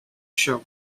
show